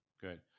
good